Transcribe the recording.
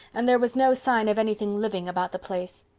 and there was no sign of anything living about the place.